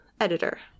editor